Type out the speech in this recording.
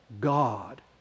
God